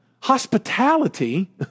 hospitality